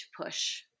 push